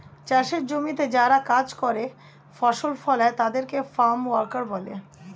চাষের জমিতে যারা কাজ করে, ফসল ফলায় তাদের ফার্ম ওয়ার্কার বলে